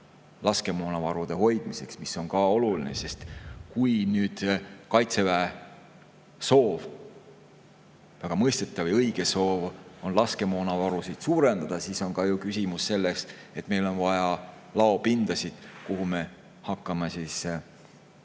laskemoonavarude hoidmiseks, mis on ka oluline. Kui nüüd Kaitseväe soov, väga mõistetav ja õige soov, on laskemoonavarusid suurendada, siis on ju küsimus selles, et meil on vaja laopinda, kuhu me hakkame seda